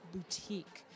Boutique